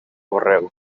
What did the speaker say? correu